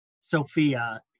Sophia